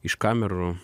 iš kamerų